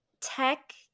tech